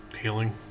healing